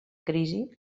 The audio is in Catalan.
crisi